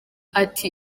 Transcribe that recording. ati